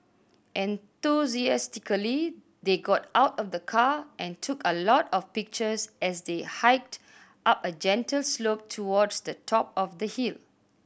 enthusiastically they got out of the car and took a lot of pictures as they hiked up a gentle slope towards the top of the hill